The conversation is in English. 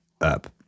up